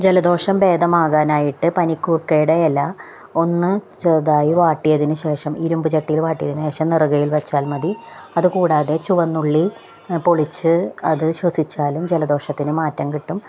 ജലദോഷം ഭേദമാകാനായിട്ട് പനിക്കൂർക്കയുടെ ഇല ഒന്നു ചെറുതായി വാട്ടിയതിനുശേഷം ഇരുമ്പ് ചട്ടിയില് വാട്ടിയതിനുശേഷം നെറുകയിൽ വച്ചാൽ മതി അതു കൂടാതെ ചുവന്നുള്ളി പൊളിച്ച് അതു ശ്വസിച്ചാലും ജലദോഷത്തിനു മാറ്റം കിട്ടും